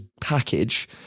package